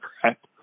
correct